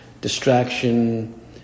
distraction